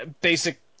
basic